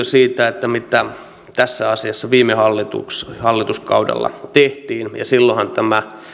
siitä mitä tässä asiassa viime hallituskaudella tehtiin ja silloinhan tämä